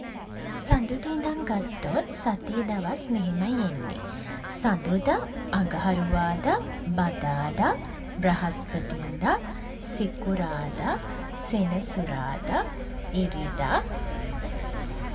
සඳුදා ඉදන් ගත්තොත්, සතියේ දවස් මෙහෙමයි එන්නේ. සඳුදා අඟහරුවාදා බදාදා බ්‍රහස්පතින්දා සිකුරාදා සෙනසුරාදා ඉරිදා